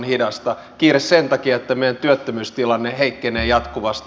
kiire sen takia että meidän työttömyystilanne heikkenee jatkuvasti